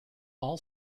all